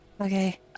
Okay